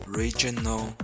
regional